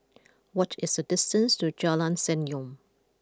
what is the distance to Jalan Senyum